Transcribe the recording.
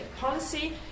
policy